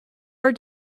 are